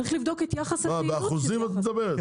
צריך לבדוק ביחס להיקף הפעילות.